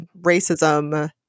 racism